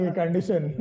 condition